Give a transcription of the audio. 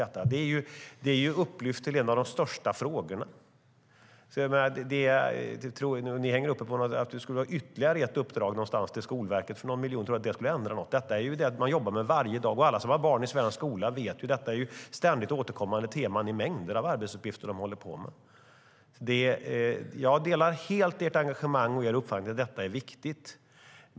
Detta är upplyft till en av de största frågorna. Nu hänger ni upp er på att det skulle vara ytterligare ett uppdrag till Skolverket för någon miljon och tror att det skulle ändra något. Men detta är ju något man jobbar med varje dag - det vet alla som har barn i svensk skola. Detta är ständigt återkommande teman i mängder av arbetsuppgifter de håller på med. Jag delar helt ert engagemang och er uppfattning att detta är viktigt.